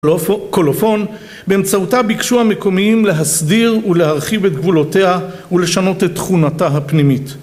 קולופון, באמצעותה ביקשו המקומיים להסדיר ולהרחיב את גבולותיה ולשנות את תכונתה הפנימית.